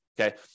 Okay